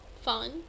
fun